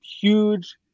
huge